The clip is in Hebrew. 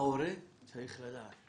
ההורה צריך לדעת.